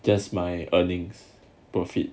just my earnings profit